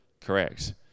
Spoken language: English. Correct